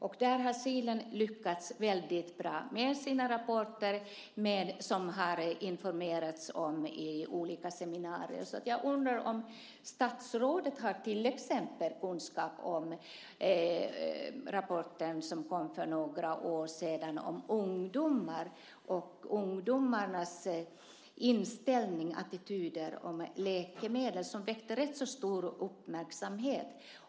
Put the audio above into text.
Och där har Kilen lyckats väldigt bra med sina rapporter, som det har informerats om i olika seminarier. Jag undrar om statsrådet till exempel har kunskap om den rapport som kom för några år sedan om ungdomar och ungdomars inställning och attityder till läkemedel. Den väckte rätt så stor uppmärksamhet.